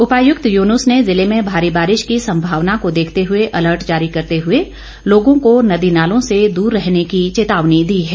उपायुक्त युनूस ने जिले में भारी बारिश की संभावना को देखते हुए अलर्ट जारी करते हुए लोगों को नदी नालों से दूर रहने की चेतावनी दी है